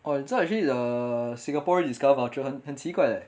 orh 你知道 actually the singaporean discount voucher 很很奇怪 leh